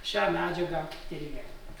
šią medžiagą tyrinėti